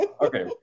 okay